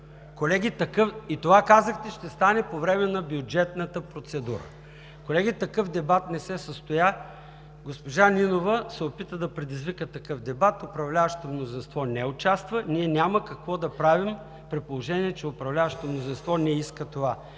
Колеги, такъв дебат не се състоя. Госпожа Нинова се опита да предизвика такъв дебат, управляващото мнозинство не участва. Ние няма какво да правим, при положение че управляващото мнозинство не иска това.